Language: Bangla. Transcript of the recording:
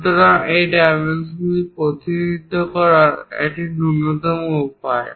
সুতরাং এই ডাইমেনশন প্রতিনিধিত্ব করার এই ন্যূনতম উপায়